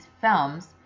films